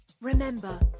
Remember